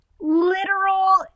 literal